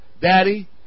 Daddy